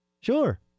Sure